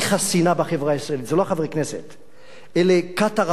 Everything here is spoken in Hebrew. זה לא חברי כנסת, אלה כת הרבנים הזו, גם לא ראש